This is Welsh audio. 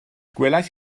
gwelais